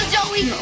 Joey